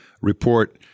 report